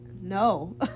no